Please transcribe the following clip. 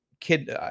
kid